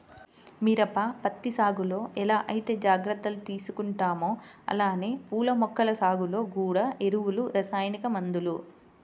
మిరప, పత్తి సాగులో ఎలా ఐతే జాగర్తలు తీసుకుంటామో అలానే పూల మొక్కల సాగులో గూడా ఎరువులు, రసాయనిక మందులు